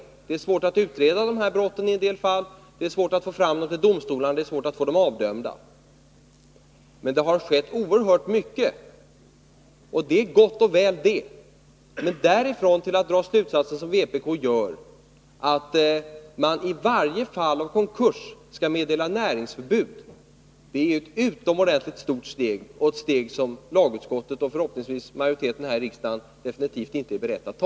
Det är i vissa fall svårt att utreda de här brotten, liksom också svårt att få fallen prövade vid domstol och avdömda. Det har emellertid skett oerhört mycket, och det är gott och väl det. Men därifrån och till att dra den slutsats som vpk drar, att man vid varje konkurs skall meddela näringsförbud, är det ett utomordentligt stort steg och ett steg som lagutskottet, och förhoppningsvis majoriteten här i riksdagen, absolut inte vill ta.